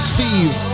Steve